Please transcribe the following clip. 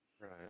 Right